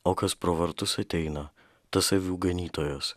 o kas pro vartus ateina tas avių ganytojas